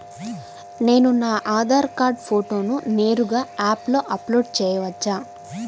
నేను నా ఆధార్ కార్డ్ ఫోటోను నేరుగా యాప్లో అప్లోడ్ చేయవచ్చా?